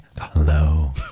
hello